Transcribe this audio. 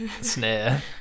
snare